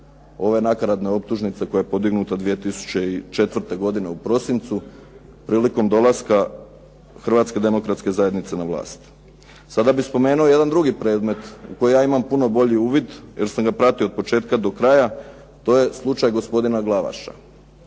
ove nakaradne optužnice koja je podignuta 2004. godine u prosincu prilikom dolaska Hrvatske demokratske zajednice na vlast. Sada bih spomenuo jedan drugi predmet u koji ja imam puno bolji uvid jer sam ga pratio od početka do kraja. To je slučaj gospodina Glavaša.